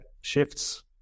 shifts